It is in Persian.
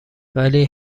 ولی